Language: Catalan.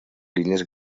línies